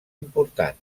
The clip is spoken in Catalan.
important